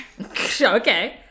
Okay